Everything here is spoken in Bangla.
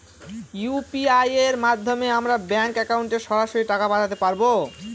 ইউ.পি.আই এর মাধ্যমে আমরা ব্যাঙ্ক একাউন্টে সরাসরি টাকা পাঠাতে পারবো?